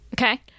Okay